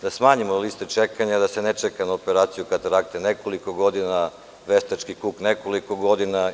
Da smanjimo liste čekanja i da se ne čeka na operaciju katarakte nekoliko godina, veštački kuk nekoliko godina.